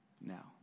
now